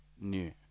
new